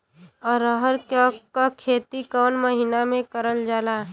अरहर क खेती कवन महिना मे करल जाला?